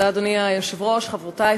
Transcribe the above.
אדוני היושב-ראש, תודה, חברותי,